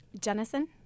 Jennison